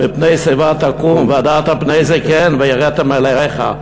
"מפני שיבה תקום והדרת פני זקן ויראת מאלהיך".